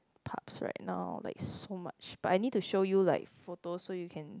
pubs right now like so much but I need to show you like photos so you can